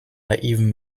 naiven